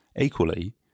Equally